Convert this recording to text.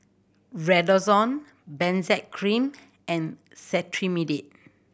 Redoxon Benzac Cream and Cetrimide